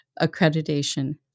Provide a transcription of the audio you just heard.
accreditation